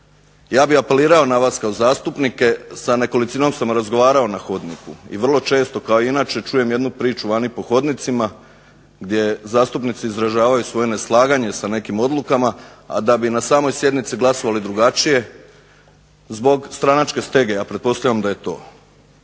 Ja bih apelirao na vas kao zastupnike. Sa nekolicinom sam razgovarao na hodniku i vrlo često kao i inače čujem jednu priču vani po hodnicima gdje zastupnici izražavaju svoje neslaganje sa nekim odlukama, a da bi na samoj sjednici glasovali drugačije zbog stranačke stege. Ja pretpostavljam da je to.